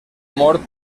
mort